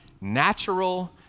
natural